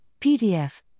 PDF